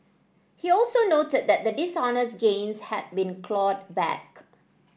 he also noted that the dishonest gains had been clawed back